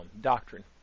doctrine